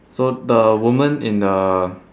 so the woman in the